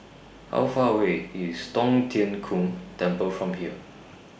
How Far away IS Tong Tien Kung Temple from here